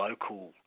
local